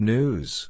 News